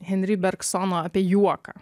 henri bergsono apie juoką